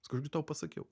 sakau aš gi tau pasakiau